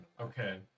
Okay